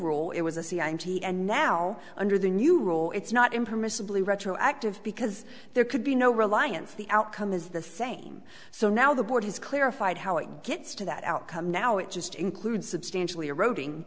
rule it was a cia t and now under the new rule it's not impermissibly retroactive because there could be no reliance the outcome is the same so now the board has clarified how it gets to that outcome now it just includes substantially eroding